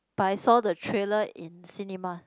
but I saw the trailer in cinema